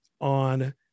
on